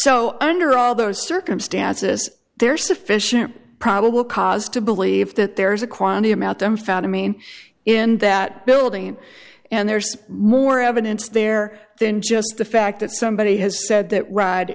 so under all those circumstances there's sufficient probable cause to believe that there's a quality about them found i mean in that building and there's more evidence there than just the fact that somebody has said that ride